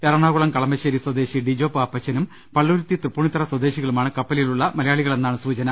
എറണാകുളം കളമശ്ശേരി സ്വദേശി ഡിജോ പാപ്പച്ചനും പള്ളുരുത്തി തൃപ്പൂ ണിത്തുറ സ്വദേശികളുമാണ് കപ്പലിൽ ഉള്ള മലയാളികളെന്നാണ് സൂചന